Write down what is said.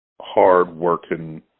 hard-working